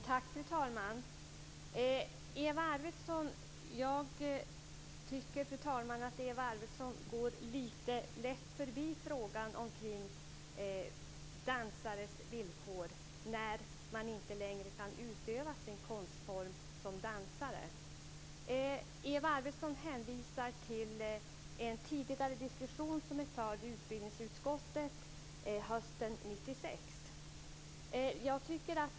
Fru talman! Jag tycker att Eva Arvidsson går lite lätt förbi frågan om dansares villkor när de inte längre kan utöva sin konstform som dansare. Eva Arvidsson hänvisar till en tidigare diskussion som förts i utbildningsutskottet hösten 1996.